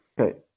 Okay